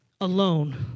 alone